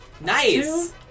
Nice